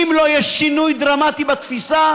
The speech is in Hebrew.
אם לא יהיה שינוי דרמטי בתפיסה,